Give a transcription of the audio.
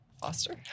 Foster